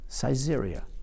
Caesarea